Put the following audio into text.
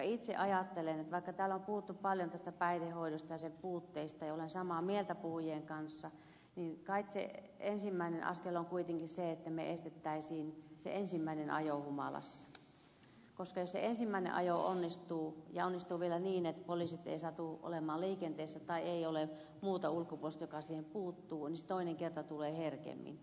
itse ajattelen että vaikka täällä on puhuttu paljon tästä päihdehoidosta ja sen puutteista ja olen samaa mieltä puhujien kanssa niin kait se ensimmäinen askel on kuitenkin se että me estäisimme sen ensimmäisen ajon humalassa koska jos se ensimmäinen ajo onnistuu ja onnistuu vielä niin etteivät poliisit satu olemaan liikenteessä tai ei ole muuta ulkopuolista joka siihen puuttuu niin se toinen kerta tulee herkemmin